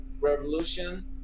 revolution